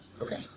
Okay